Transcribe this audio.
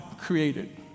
created